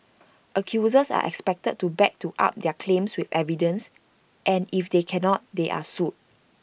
accusers are expected to back to up their claims with evidence and if they cannot they are sued